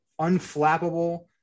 unflappable